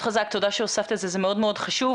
תודה שהוספת את זה, זה מאוד מאוד חשוב.